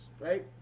right